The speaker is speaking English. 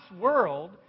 world